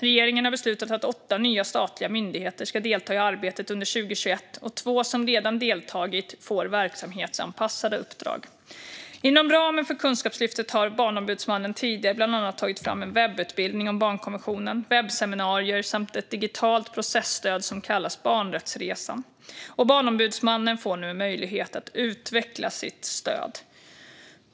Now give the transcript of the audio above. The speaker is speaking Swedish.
Regeringen har beslutat att åtta nya statliga myndigheter ska delta i arbetet under 2021, och två som redan deltagit får verksamhetsanpassade uppdrag. Inom ramen för kunskapslyftet har Barnombudsmannen tidigare bland annat tagit fram en webbutbildning om barnkonventionen, webbseminarier samt ett digitalt processtöd som kallas Barnrättsresan. Barnombudsmannen får nu möjlighet att utveckla sitt stöd.